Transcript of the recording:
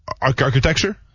architecture